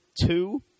two